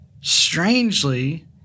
Strangely